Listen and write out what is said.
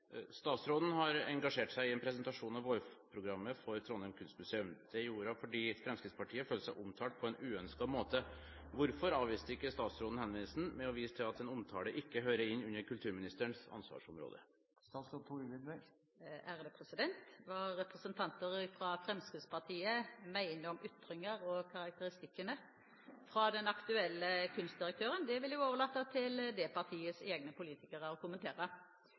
har engasjert seg i en presentasjon av vårprogrammet for Trondheim kunstmuseum. Det gjorde hun fordi Fremskrittspartiet følte seg omtalt på en uønsket måte. Hvorfor avviste ikke statsråden henvendelsen med å vise til at en omtale ikke hører inn under kulturministerens ansvarsområde?» Hva representanter fra Fremskrittspartiet mener om ytringer og karakteristikkene fra den aktuelle kunstdirektøren, vil jeg overlate til det partiets egne politikere å kommentere.